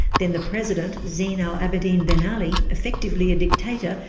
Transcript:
then the president, zine al-abidine ben ali, effectively a dictator,